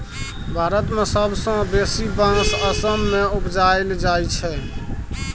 भारत मे सबसँ बेसी बाँस असम मे उपजाएल जाइ छै